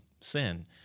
sin